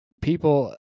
people